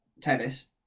tennis